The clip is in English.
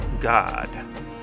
god